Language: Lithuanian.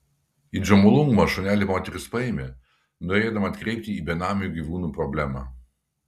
į džomolungmą šunelį moteris paėmė norėdama atkreipti į benamių gyvūnų problemą